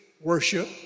worship